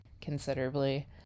considerably